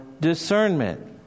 discernment